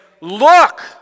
look